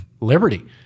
liberty